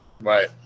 Right